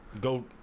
go